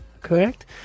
Correct